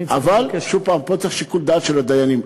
אבל שוב, פה צריך שיקול דעת של הדיינים.